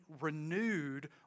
renewed